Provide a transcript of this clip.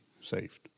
saved